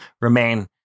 remain